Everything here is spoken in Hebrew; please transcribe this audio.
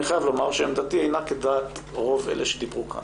אני חייב לומר שעמדתי אינה כדעת רוב אלה שדיברו כאן.